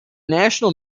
national